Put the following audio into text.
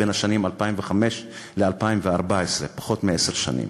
בין 2005 ל-2014, פחות מעשר שנים,